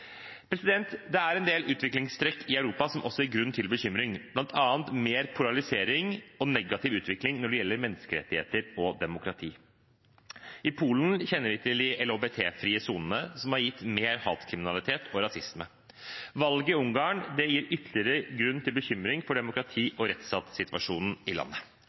Det er en del utviklingstrekk i Europa som også gir grunn til bekymring, bl.a. mer polarisering og negativ utvikling når det gjelder menneskerettigheter og demokrati. I Polen kjenner vi til de LHBT-frie sonene, som har gitt mer hatkriminalitet og rasisme. Valget i Ungarn gir ytterligere grunn til bekymring for demokrati- og rettsstatssituasjonen i landet.